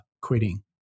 quitting